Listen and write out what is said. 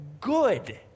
good